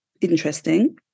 interesting